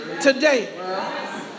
today